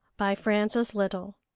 by frances little